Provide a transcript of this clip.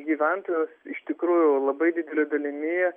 gyventojus iš tikrųjų labai didele dalimi